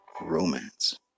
romance